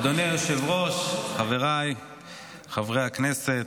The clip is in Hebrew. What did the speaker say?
אדוני היושב-ראש, חבריי חברי הכנסת,